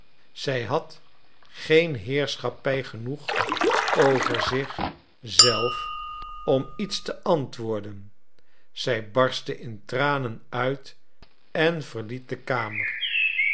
zij had geen heerschappij genoeg over zich zelf om iets te antwoorden zij barstte in tranen uit en verliet de kamer